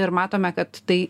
ir matome kad tai